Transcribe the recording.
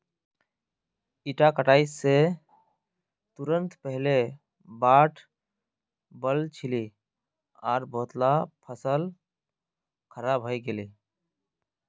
इता कटाई स तुरंत पहले बाढ़ वल छिले आर बहुतला फसल खराब हई गेले